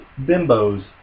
Bimbos